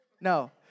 No